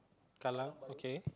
Kallang okay